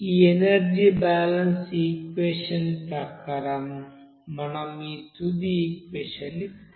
ఈ energy balance equation ప్రకారం మనం ఈ తుది ఈక్వెషన్ ని పొందవచ్చు